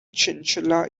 chinchilla